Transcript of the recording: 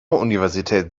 universität